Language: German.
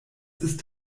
ist